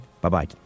Bye-bye